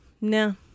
no